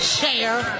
Share